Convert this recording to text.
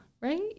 right